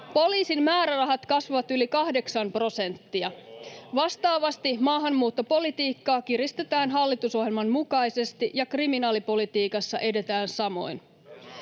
Loistavaa!] Vastaavasti maahanmuuttopolitiikkaa kiristetään hallitusohjelman mukaisesti ja kriminaalipolitiikassa edetään samoin.